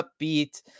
upbeat